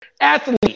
athlete